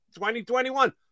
2021